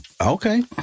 Okay